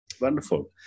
Wonderful